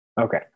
okay